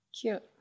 Cute